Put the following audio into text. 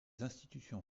institutions